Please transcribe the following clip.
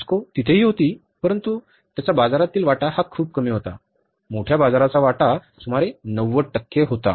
टेस्को तिथेही होती परंतु त्याचा बाजारातील वाटा खूप कमी होता मोठ्या बाजाराचा वाटा सुमारे 90 टक्के होता